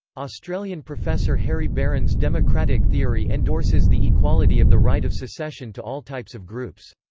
australian professor harry beran's democratic theory endorses the equality of the right of secession to all types of groups.